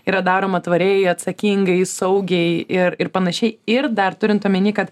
yra daroma tvariai atsakingai saugiai ir ir panašiai ir dar turint omeny kad